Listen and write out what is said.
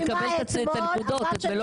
הוא יקבל את מלוא הנקודות.